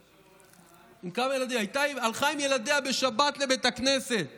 היא הלכה עם ילדיה בשבת לבית הכנסת